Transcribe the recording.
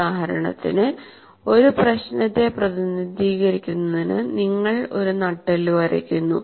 ഉദാഹരണത്തിന് ഒരു പ്രശ്നത്തെ പ്രതിനിധീകരിക്കുന്നതിന് നിങ്ങൾ ഒരു നട്ടെല്ല് വരയ്ക്കുന്നു